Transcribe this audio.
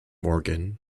morgan